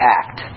act